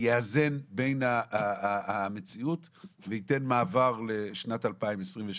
שיאזן בין המציאות וייתן מעבר לשנת 2022,